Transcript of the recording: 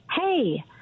Hey